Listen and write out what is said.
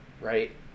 Right